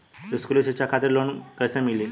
स्कूली शिक्षा खातिर लोन कैसे मिली?